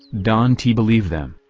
don t believe them,